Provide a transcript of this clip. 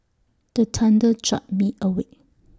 the thunder jolt me awake